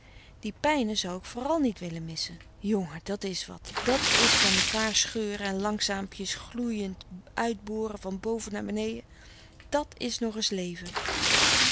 die pijne zou ik vooral niet wille misse jonge dat is wat dat is van mekaar scheure en langsaampjes gloeiend uitbore van bove na benede dat is nog es leve